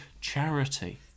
charity